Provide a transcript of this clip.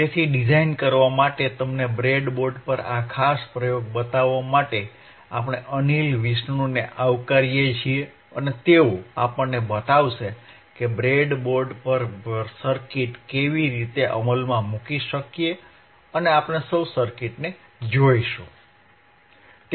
તેથી ડિઝાઇન કરવા માટે તમને બ્રેડબોર્ડ પર આ ખાસ પ્રયોગ બતાવવા માટે આપણે અનિલ વિષ્ણુને આવકારીએ અને તેઓ આપણને બતાવશે કે બ્રેડબોર્ડ પર સર્કિટ કેવી રીતે અમલમાં મૂકી શકીએ અને આપણે સૌ સર્કિટ જોઈ શકીશું